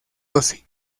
doce